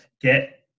get